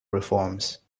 reforms